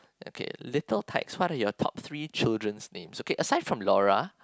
okay little text what are your top three children's names aside from Laura